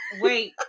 Wait